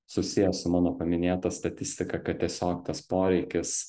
susiję su mano paminėta statistika kad tiesiog tas poreikis